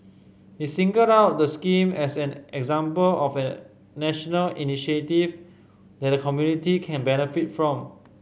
he singled out the scheme as an example of a national initiative that the community can benefit from